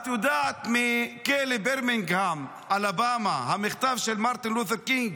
מכלא ברמינגהאם, אלבמה, המכתב של מרטין לותר קינג,